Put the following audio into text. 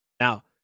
Now